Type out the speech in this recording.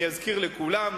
אני אזכיר לכולם,